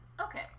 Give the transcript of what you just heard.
okay